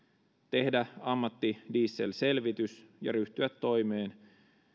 tehdä ammattidieselselvitys ja ryhtyä toimeen